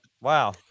Wow